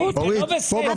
אורית, זה לא בסדר.